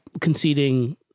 conceding